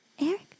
Eric